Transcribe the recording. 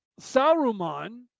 Saruman